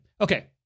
Okay